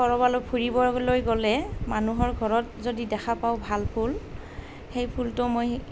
ক'ৰবালৈ ফুৰিবলৈ গ'লে মানুহৰ ঘৰত যদি দেখা পাওঁ ভাল ফুল সেই ফুলটো মই